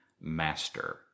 master